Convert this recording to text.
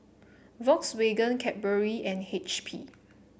Volkswagen Cadbury and H P